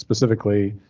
specifically